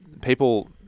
people